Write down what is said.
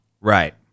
Right